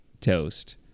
toast